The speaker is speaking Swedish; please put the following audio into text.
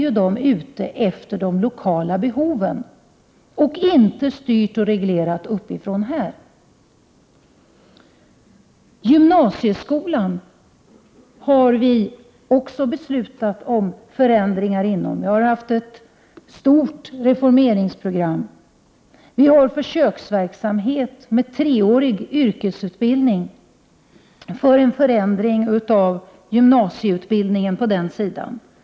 Då sker de efter de lokala behoven, och styrs och regleras inte uppifrån. Vi har också beslutat om förändringar inom gymnasieskolan. Vi har haft ett stort reformprogram. Vi har försöksverksamhet med treårig yrkesutbild ning för en förändring av gymnasieutbildningen på den sidan. Tidigare Prot.